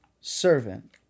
servant